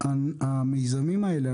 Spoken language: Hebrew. המיזמים האלה,